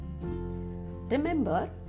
Remember